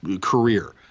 career